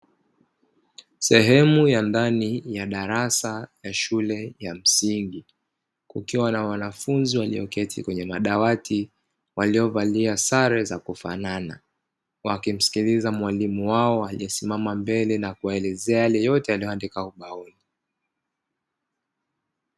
Sehemu ya ndani ya darasa ya shule ya msingi, kukiwa na wanafunzi walio keti kwenye madawati walio valia sare za kufanana, wakimsikiliza mwalimu wao aliesimama mbele na kuwaelezea yale yote anayoandika ubaoni.